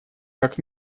как